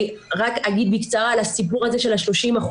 אני רק אגיד בקצרה על הסיפור הזה של ה-30%.